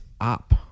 up